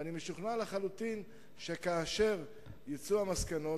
ואני משוכנע לחלוטין שכאשר יצאו המסקנות,